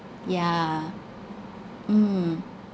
yeah mm